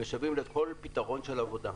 משוועים לכל פתרון של עבודה.